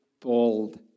bold